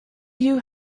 you